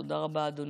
תודה רבה, אדוני.